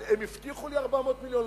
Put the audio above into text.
הם הבטיחו לי 400 מיליון,